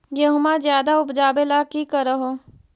गेहुमा ज्यादा उपजाबे ला की कर हो?